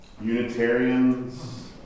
Unitarians